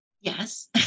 Yes